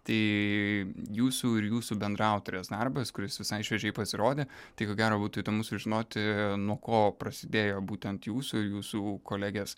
tai jūsų ir jūsų bendraautorės darbas kuris visai šviežiai pasirodė tik gero būtų įdomu sužinoti nuo ko prasidėjo būtent jūsų ir jūsų kolegės